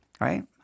right